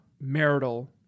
marital